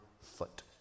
foot